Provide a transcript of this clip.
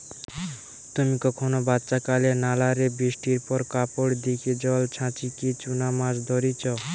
তুমি কখনো বাচ্চাকালে নালা রে বৃষ্টির পর কাপড় দিকি জল ছাচিকি চুনা মাছ ধরিচ?